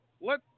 Let